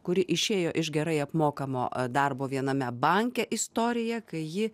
kuri išėjo iš gerai apmokamo darbo viename banke istoriją kai ji